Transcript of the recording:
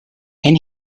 and